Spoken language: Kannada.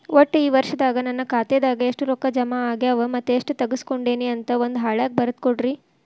ಒಟ್ಟ ಈ ವರ್ಷದಾಗ ನನ್ನ ಖಾತೆದಾಗ ಎಷ್ಟ ರೊಕ್ಕ ಜಮಾ ಆಗ್ಯಾವ ಮತ್ತ ಎಷ್ಟ ತಗಸ್ಕೊಂಡೇನಿ ಅಂತ ಒಂದ್ ಹಾಳ್ಯಾಗ ಬರದ ಕೊಡ್ರಿ